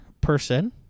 person